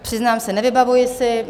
Přiznám se, nevybavuji si.